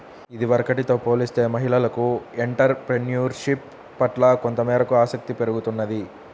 ఇదివరకటితో పోలిస్తే మహిళలకు ఎంటర్ ప్రెన్యూర్షిప్ పట్ల కొంతమేరకు ఆసక్తి పెరుగుతున్నది